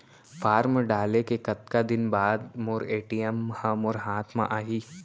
Form डाले के कतका दिन बाद मोर ए.टी.एम ह मोर हाथ म आही?